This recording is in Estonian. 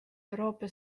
euroopa